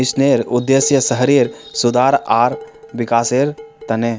मिशनेर उद्देश्य शहरेर सुधार आर विकासेर त न